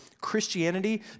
Christianity